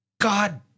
God